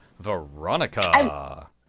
veronica